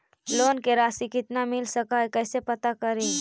Loan के रासि कितना मिल सक है कैसे पता करी?